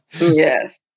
Yes